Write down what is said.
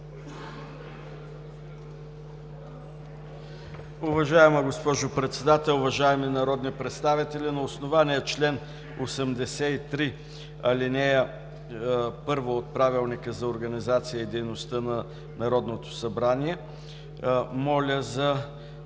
Уважаема госпожо Председател, уважаеми народни представители! На основание чл. 83, ал. 1 от Правилника за организацията и дейността на Народното събрание моля за